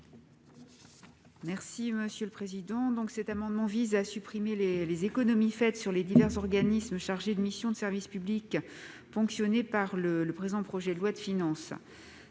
Mme Isabelle Briquet. Cet amendement vise à supprimer les économies faites sur les divers organismes chargés de missions de service public ponctionnés par le présent projet de loi de finances